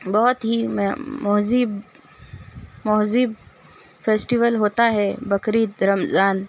بہت ہی مُہذّب مُہذّب فیسٹیول ہوتا ہے بقرعید پہ رمضان